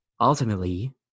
Ultimately